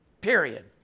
Period